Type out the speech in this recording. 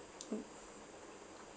mm